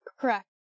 Correct